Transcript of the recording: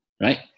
right